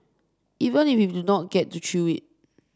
even if we don't get to chew it